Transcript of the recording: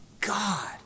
God